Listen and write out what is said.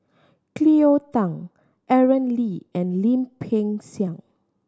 Cleo Thang Aaron Lee and Lim Peng Siang